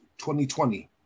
2020